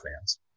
fans